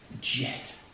Jet